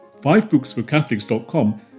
fivebooksforcatholics.com